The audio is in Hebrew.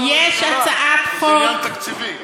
עניין תקציבי,